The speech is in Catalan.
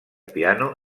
piano